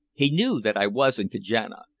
he knew that i was in kajana,